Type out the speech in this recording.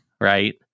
Right